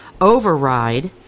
override